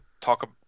talk